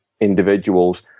individuals